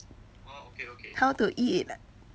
how to eat